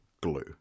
glue